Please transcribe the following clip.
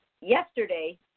yesterday